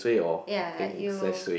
ya like you